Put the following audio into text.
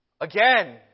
Again